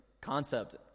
concept